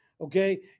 Okay